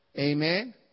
Amen